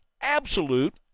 absolute